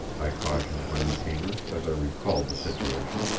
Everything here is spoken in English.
i cautioned my retainers as i recalled the situation.